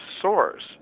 source